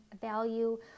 value